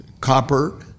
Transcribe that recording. copper